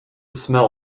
smell